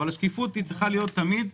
אבל השקיפות צריכה להיות תמיד.